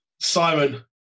Simon